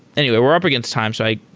anyway, we're up against time. so i